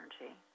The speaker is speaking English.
energy